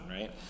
right